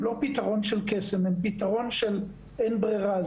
לא פיתרון של קסם אלא פיתרון של אין ברירה.